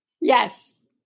Yes